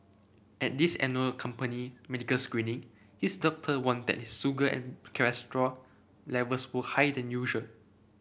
at this annual company medical screening his doctor warned that his sugar and cholesterol levels were high than usual